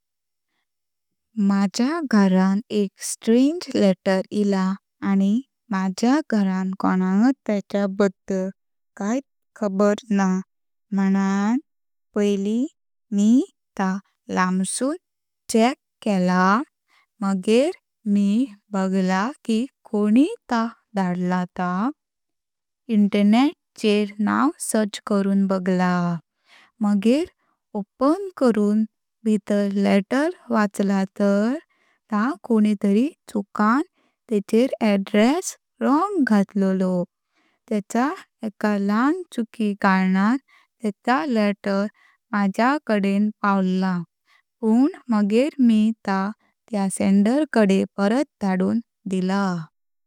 माझ्या घरण एक स्ट्रेंज लेटर आला आणि माझ्या घरण कोईनात तेच्य बद्दल कायत खबर ना म्हणून पहले मी ता लँसून चेक केला, मगेर मी बघला की कोणी ता धडल ता। इंटरनेट चेर नाव सर्च करून बघला, मगेर ओपन करून भितर लेटर वचला तर ता कोणीतरी चुकान तेचेर अ‍ॅड्रेस रॉंग घटललो। तेच एक ल्हान चुकी कारणन तेच लेटर माझा कडेन पावल, पण मगेर मी ता त्या सेंडर काडे परत धडून दिला।